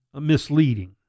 misleading